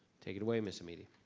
take it away, miss hamidi.